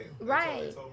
right